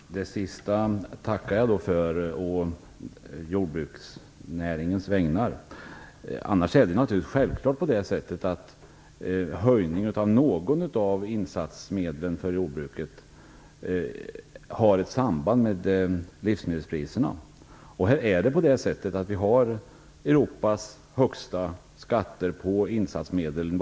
Fru talman! Det sista tackar jag för å jordbruksnäringens vägnar. Det är naturligtvis självklart att en höjning av priset på något av insatsmedlen för jordbruket har ett samband med livsmedelspriserna. Vi har Europas högsta skatter på insatsmedel.